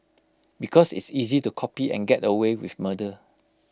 because it's easy to copy and get away with murder